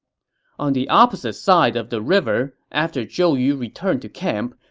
on the opposite side of the river, after zhou yu returned to camp,